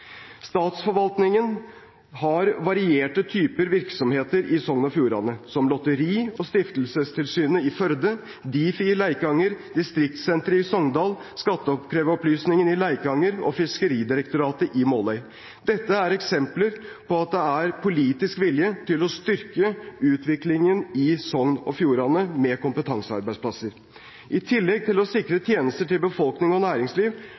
Statsforvaltningen har varierte typer virksomheter i Sogn og Fjordane, som Lotteri- og stiftelsestilsynet i Førde, Difi i Leikanger, Distriktssenteret i Sogndal, Skatteopplysningen i Leikanger og Fiskeridirektoratet i Måløy. Dette er eksempler på at det er politisk vilje til å styrke utviklingen i Sogn og Fjordane med kompetansearbeidsplasser. I tillegg til å sikre tjenester til befolkning og næringsliv